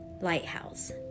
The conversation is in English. lighthouse